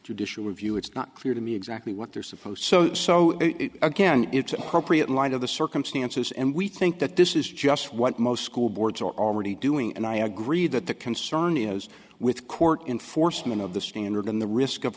judicial review it's not clear to me exactly what they're supposed so so again it's appropriate light of the circumstances and we think that this is just what most school boards are already doing and i agree that the concern is with court enforcement of the standard in the